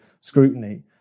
scrutiny